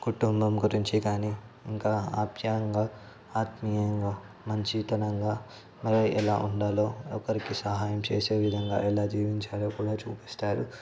కుటుంబం గురించి కానీ ఇంకా ఆప్యాయంగా ఆత్మీయంగా మంచితనంగా మరి ఎలా ఉండాలో ఒకరికి సహాయం చేసే విధంగా ఎలా జీవించాలో కూడా చూపిస్తారు